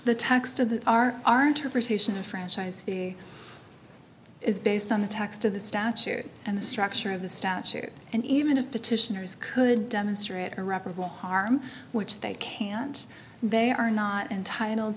the text of the our our interpretation of franchise is based on the text of the statute and the structure of the statute and even if petitioners could demonstrate irreparable harm which they can't they are not entitled